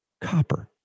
copper